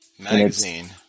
Magazine